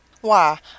Why